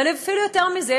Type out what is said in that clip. ואפילו יותר מזה,